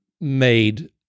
made